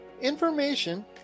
information